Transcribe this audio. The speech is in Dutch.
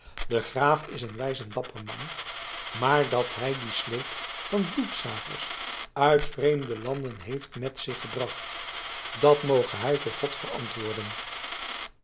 de graaf is een wijs en dapper man maar dat hij dien sleep van bloedzuigers uit vreemde landen heeft met zich gebracht dat moge hij voor god verantwoorden